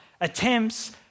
attempts